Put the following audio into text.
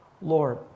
Lord